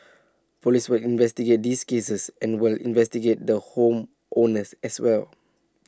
Police will investigate these cases and we'll investigate the home owners as well